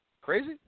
Crazy